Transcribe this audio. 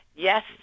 Yes